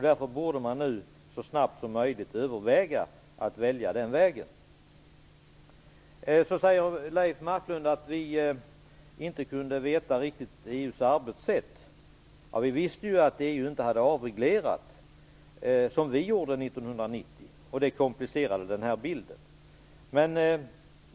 Därför borde man nu så snabbt som möjligt överväga att välja den vägen. Leif Marklund säger att vi inte riktigt kände till EU:s arbetssätt. Vi visste ju att EU inte hade avreglerat, vilket vi gjorde 1990. Detta komplicerade den här bilden.